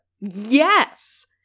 Yes